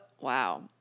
Wow